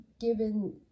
Given